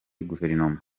guverinoma